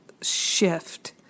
shift